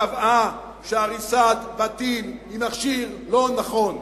קבעה שהריסת בתים היא מכשיר לא נכון.